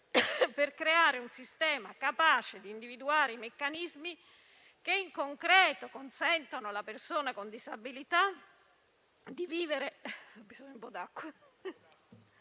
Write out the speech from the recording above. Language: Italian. per creare un sistema capace di individuare i meccanismi che in concreto consentano alla persona con disabilità di vivere la vita che si è scelta